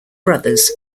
brothers